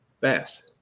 bass